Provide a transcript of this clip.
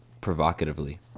provocatively